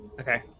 Okay